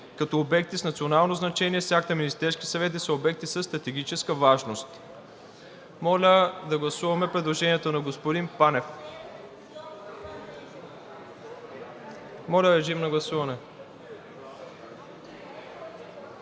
като обекти с национално значение с акт на Министерския съвет да са обекти със стратегическа важност“. Моля да гласуваме предложението на господин Панев. (Реплики.) Затова